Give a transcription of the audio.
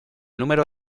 número